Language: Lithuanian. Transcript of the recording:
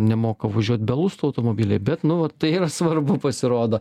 nemoka važiuot be lusto automobiliai bet nu vat tai yra svarbu pasirodo